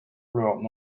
throughout